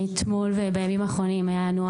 אתמול ובימים האחרונים היו לנו,